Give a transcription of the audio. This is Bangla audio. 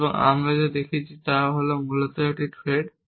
এবং আমরা এখানে যা দেখেছি তা মূলত একটি থ্রেড